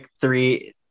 three